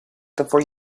before